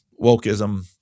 wokeism